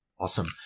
Awesome